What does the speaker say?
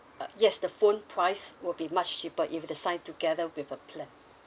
uh yes the phone price will be much cheaper if you were to sign together with a plan